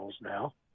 now